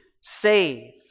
save